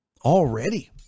Already